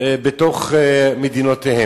בתוך מדינותיהם.